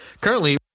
Currently